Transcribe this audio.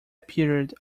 period